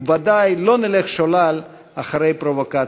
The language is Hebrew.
ובוודאי לא נלך שולל אחרי פרובוקציות.